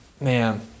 man